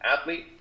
athlete